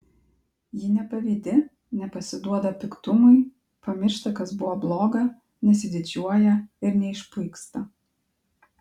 ji nepavydi nepasiduoda piktumui pamiršta kas buvo bloga nesididžiuoja ir neišpuiksta